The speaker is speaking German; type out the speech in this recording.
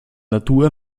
natur